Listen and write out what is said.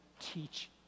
teach